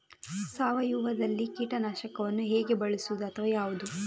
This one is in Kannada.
ಸಾವಯವದಲ್ಲಿ ಕೀಟನಾಶಕವನ್ನು ಹೇಗೆ ಬಳಸುವುದು ಅಥವಾ ಯಾವುದು?